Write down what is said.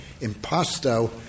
impasto